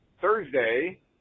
Thursday